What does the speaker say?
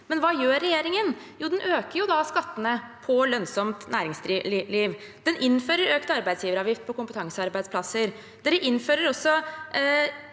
men hva gjør regjeringen? Jo, de øker skattene på lønnsomt næringsliv. De innfører økt arbeidsgiveravgift på kompetansearbeidsplasser. De innfører også